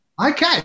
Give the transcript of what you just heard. Okay